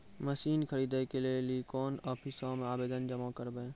Machine खरीदै के लेली कोन आफिसों मे आवेदन जमा करवै?